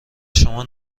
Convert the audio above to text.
شما